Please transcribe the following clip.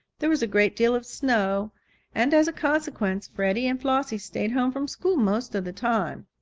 there was a great deal of snow and as a consequence freddie and flossie stayed home from school most of the time.